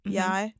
jeg